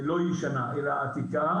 לא ישנה, אלא עתיקה.